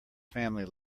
family